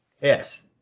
yes